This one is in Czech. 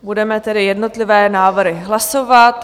Budeme tedy jednotlivé návrhy hlasovat.